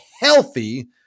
healthy